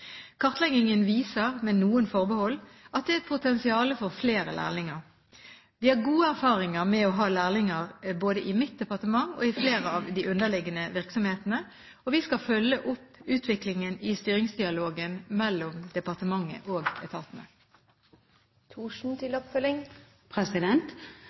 Kartleggingen viser, med noen forbehold, at det er et potensial for flere lærlinger. Vi har gode erfaringer med å ha lærlinger både i mitt departement og i flere av de underliggende virksomhetene. Vi skal følge opp utviklingen i styringsdialogen mellom departementet og etatene.